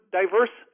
diverse